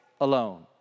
alone